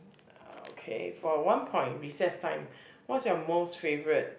uh okay for one point recess time what's your most favourite